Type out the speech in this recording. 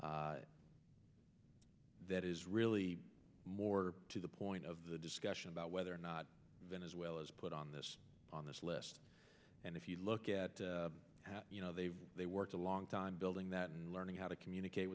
organizations that is really more to the point of the discussion about whether or not venezuela's put on this on this list and if you look at how you know they they worked a long time building that and learning how to communicate